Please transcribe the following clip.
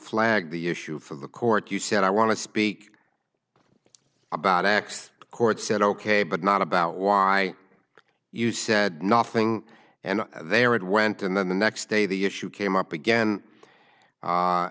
flagged the issue for the court you said i want to speak about x court said ok but not about why you said nothing and there it went and then the next day the issue came up again